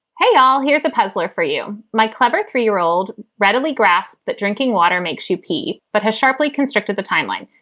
hey, here's a puzzler for you my clever three year old readily grasp that drinking water makes you pee, but has sharply constricted the timeline.